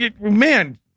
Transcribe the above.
man